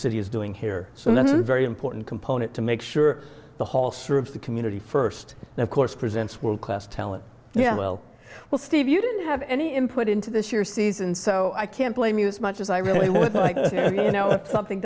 city is doing here so that's the very important component to make sure the hall serves the community first and of course presents world class talent yeah well well steve you didn't have any input into this year's season so i can't blame you so much as i really do you know something